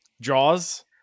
Jaws